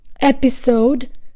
episode